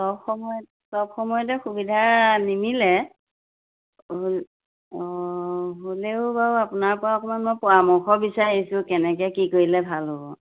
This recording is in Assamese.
চব সময় চব সময়তে সুবিধা নিমিলে অঁ হ'লেও বাৰু আপোনাৰ পৰা অকণমান মই পৰামৰ্শ বিচাৰিছোঁ কেনেকে কি কৰিলে ভাল হ'ব